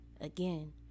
Again